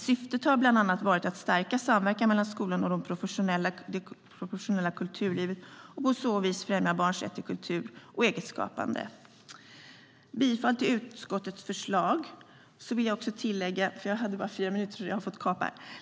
Syftet är bland annat att stärka samverkan mellan skolan och det professionella kulturlivet och på så vis främja barns rätt till kultur och eget skapande. Jag yrkar bifall till utskottets förslag.